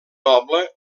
noble